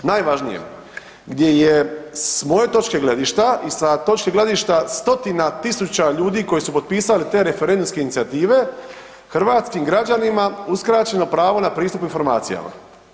Najvažnijem, gdje je s moje točke gledišta i sa točke gledišta 100-tina tisuća ljudi koji su potpisali te referendumske inicijative hrvatskim građanima uskraćeno pravo na pristup informacijama.